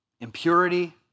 impurity